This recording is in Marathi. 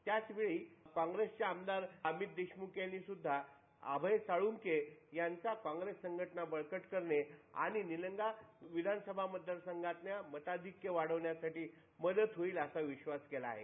त्याचवेळी काँग्रेसचे आमदार अमित देशमुख यांनी सुध्दा यांचा काँग्रेस संघटना बळकट करणे आणि निलंगा विधानसभा मतदारसंघातलं मताधिक्य वाढवण्यासाठी मदत होईल असा विश्वास केला आहे